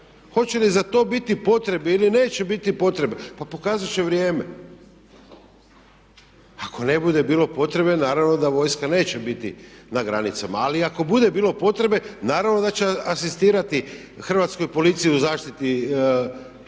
Hoće li za to biti potrebe ili neće biti potrebe? Pa pokazat će vrijeme. Ako ne bude bilo potrebe naravno da vojska neće biti na granicama, ali i ako bude bilo potrebe naravno da će asistirati Hrvatskoj policiji u zaštiti